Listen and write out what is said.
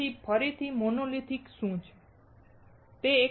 તેથી ફરીથી મોનોલિથિક શું છે